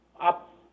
up